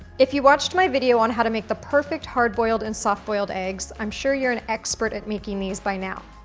if you watched my video on how to make the perfect hard boiled and soft boiled eggs, i'm sure you're an expert at making these by now.